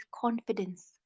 confidence